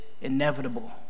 inevitable